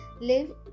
Live